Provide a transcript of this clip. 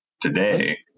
today